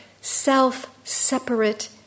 self-separate